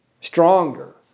Stronger